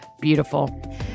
beautiful